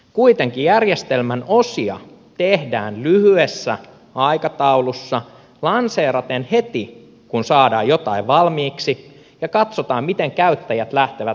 kuitenkin järjestelmän osia tehdään lyhyessä aikataulussa lanseeraten heti kun saadaan jotain valmiiksi ja katsotaan miten käyttäjät lähtevät järjestelmää käyttämään